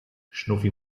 schnuffi